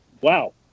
wow